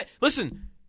listen